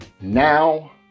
Now